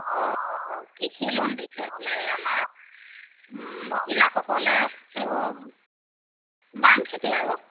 অঁ কৃষি লোন দিছে বোলে আমাৰ মহিলাসকলে এইবোৰ বাম খেতি আৰু